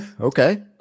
Okay